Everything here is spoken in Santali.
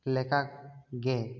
ᱞᱮᱠᱟ ᱜᱮ